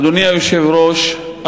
אדוני היושב-ראש,